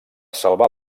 salvar